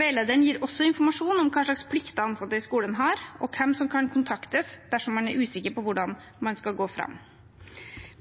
Veilederen gir også informasjon om hva slags plikter ansatte i skolen har, og hvem som kan kontaktes dersom man er usikker på hvordan man skal gå fram.